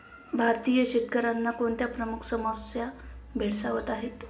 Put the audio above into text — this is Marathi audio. भारतीय शेतकऱ्यांना कोणत्या प्रमुख समस्या भेडसावत आहेत?